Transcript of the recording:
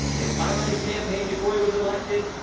they spied on his campaign before he was elected.